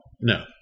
No